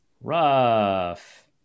Rough